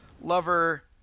lover